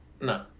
No